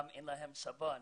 אין להם גם סבון.